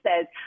says